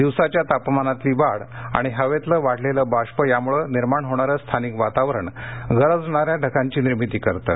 दिवसाच्या तापमानातली वाढ आणि हवेतलं वाढलेलं बाष्प यामुळे निर्माण होणारं स्थानिक वातावरण गरजणाऱ्या ढगांची निर्मीती करतं